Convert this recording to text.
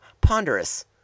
ponderous